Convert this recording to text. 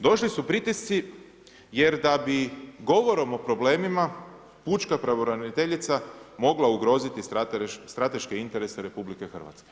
Došli su pritisci, jer da bi govor o problemima pučka pravobraniteljica, mogla ugroziti strateške interese RH.